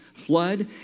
flood